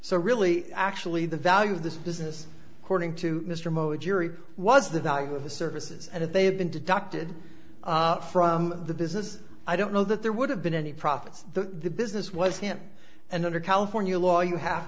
so really actually the value of this business according to mr moti jury was the value of the services and if they had been deducted from the business i don't know that there would have been any profits the business was him and under california law you have